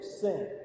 sin